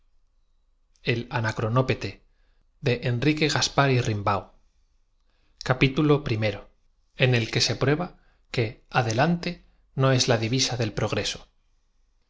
c capítulo primero en el que se prueba que adelante no es la divisa del progreso